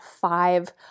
five